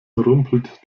rumpelt